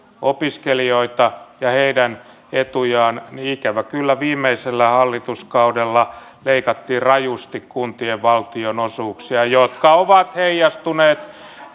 opiskelijoita ja heidän etujaan niin ikävä kyllä viimeisellä hallituskaudella leikattiin rajusti kuntien valtionosuuksia mikä on heijastunut